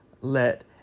let